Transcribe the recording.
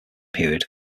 period